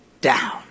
down